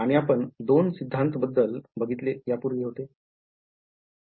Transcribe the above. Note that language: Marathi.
आणि आपण दोन सिद्धांत बद्दल यापूर्वी बघितले आहे